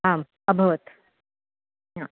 आम् अभवत्